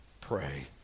Pray